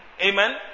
Amen